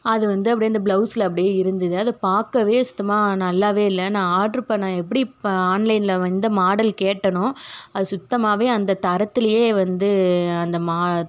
அது வந்து அப்டே அந்த ப்ளவுஸில் அப்டே இருந்தது அது பார்க்கவே சுத்தமாக நல்லாவே இல்லை நான் ஆட்ரு பண்ண எப்படிப் ஆன்லைனில் எந்த மாடல் கேட்டேனோ அது சுத்தமாகவே அந்த தரத்திலயே வந்து அந்த மா